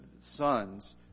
sons